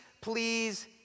please